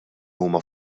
huma